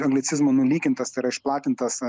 anglicizmu nulykintas tai yra išplatintas